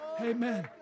Amen